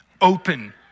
open